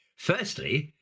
firstly,